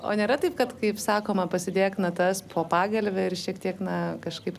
o nėra taip kad kaip sakoma pasidėk natas po pagalve ir šiek tiek na kažkaip